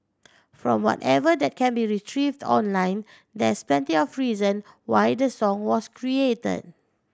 from whatever that can be retrieved online there's plenty of reason why the song was create